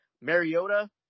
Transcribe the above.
Mariota